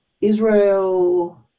Israel